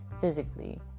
physically